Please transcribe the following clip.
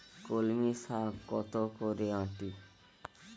কলমি শাখ কত করে আঁটি?